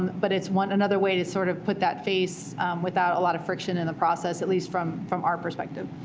but it's one another way to sort of put that face without a lot of friction in the process, at least from from our perspective.